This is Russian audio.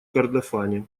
кордофане